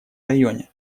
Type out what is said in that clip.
районе